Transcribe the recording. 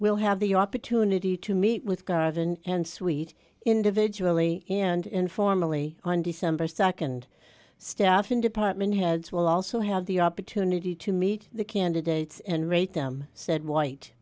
will have the opportunity to meet with garden and sweet individually and informally on december second staffing department heads will also have the opportunity to meet the candidates and rate them said white